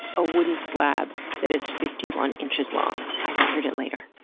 a wooden slab that is fifty one inches long. i measured it later.